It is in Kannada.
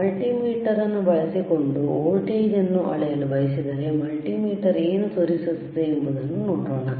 ಮಲ್ಟಿಮೀಟರ್ ಅನ್ನು ಬಳಸಿಕೊಂಡು ವೋಲ್ಟೇಜ್ ಅನ್ನು ಅಳೆಯಲು ಬಯಸಿದರೆ ಮಲ್ಟಿಮೀಟರ್ ಏನು ತೋರಿಸುತ್ತದೆ ಎಂಬುದನ್ನು ನೋಡೋಣ